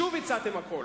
שוב הצעתם הכול